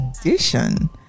edition